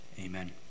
Amen